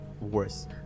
worse